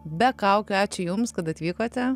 be kaukių ačiū jums kad atvykote